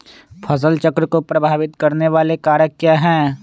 फसल चक्र को प्रभावित करने वाले कारक क्या है?